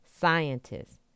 scientists